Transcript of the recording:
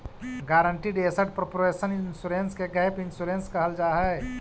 guaranteed asset proportion insurance के gap insurance कहल जाऽ हई